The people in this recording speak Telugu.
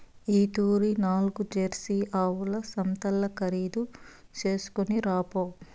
ఈ తూరి నాల్గు జెర్సీ ఆవుల సంతల్ల ఖరీదు చేస్కొని రాపో